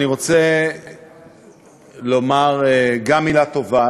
אני רוצה לומר גם מילה טובה,